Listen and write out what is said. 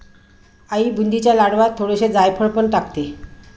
आई बुंदीच्या लाडवांत थोडेसे जायफळ पण टाकते